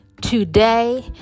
today